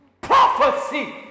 prophecy